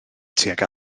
tuag